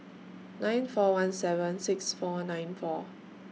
nine four one seven six four nine four